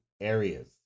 areas